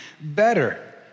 better